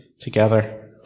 together